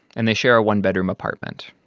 and they share a one-bedroom apartment.